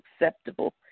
acceptable